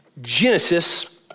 Genesis